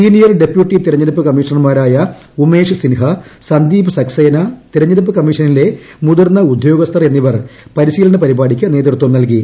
senior deputy തിരഞ്ഞെടുപ്പ് കമ്മീഷണർമാരായ ഉമേഷ് സിൻഹ സന്ദീപ് സക്സേന തിരഞ്ഞെടുപ്പ് കമ്മീഷനിലെ മുതിർന്ന ഉദ്യോഗസ്ഥർ എന്നിവർ പരിശീലന പരിപാടിക്ക് നേതൃത്വം നൽകി